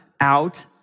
out